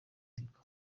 tigo